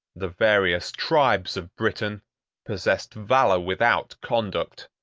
the various tribes of britain possessed valor without conduct,